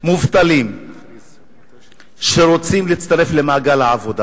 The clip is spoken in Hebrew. מובטלים שרוצים להצטרף למעגל העבודה,